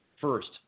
First